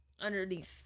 underneath